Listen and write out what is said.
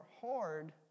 hard